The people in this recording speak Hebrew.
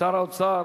שר האוצר